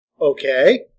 Okay